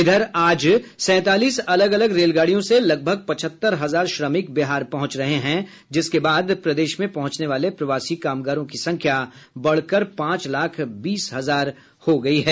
इधर आज सैंतालीस अलग अलग रेलगाडियों से लगभग पचहत्तर हजार श्रमिक बिहार पहंच रहे हैं जिसके बाद प्रदेश में पहुंचने वाले प्रवासी कामगारों की संख्या बढ़कर पांच लाख बीस हजार हो गयी है